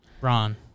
Ron